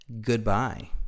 Goodbye